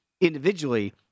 individually